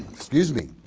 excuse me.